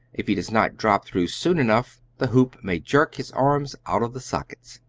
if he does not drop through soon enough, the hoop may jerk his arms out of the sockets.